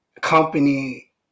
company